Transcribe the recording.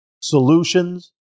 solutions